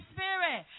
Spirit